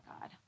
God